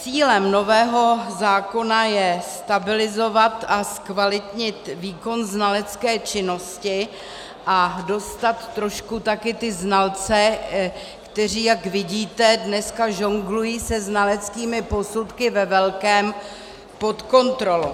Cílem nového zákona je stabilizovat a zkvalitnit výkon znalecké činnosti a dostat trošku také znalce, kteří, jak vidíte, dneska žonglují se znaleckými posudky ve velkém, pod kontrolu.